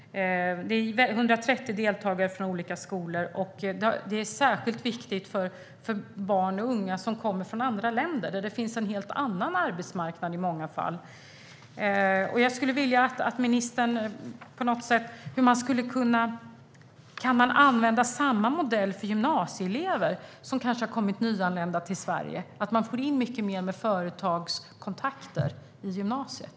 Det är 130 deltagare från olika skolor, och det är särskilt viktigt för barn och unga som kommer från andra länder - där det i många fall finns en helt annan arbetsmarknad. Jag skulle vilja att ministern sa något om detta. Kan man använda samma modell för gymnasieelever som är nyanlända till Sverige, alltså att man får in mycket mer företagskontakter i gymnasiet?